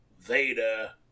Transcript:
Vader